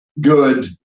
good